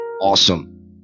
awesome